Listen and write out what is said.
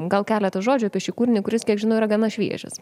gal keletą žodžių apie šį kūrinį kuris kiek žinau yra gana šviežias